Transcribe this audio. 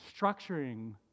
structuring